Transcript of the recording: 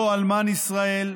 לא אלמן ישראל.